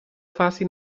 fasi